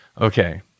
Okay